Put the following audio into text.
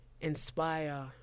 inspire